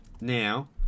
now